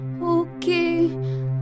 Okay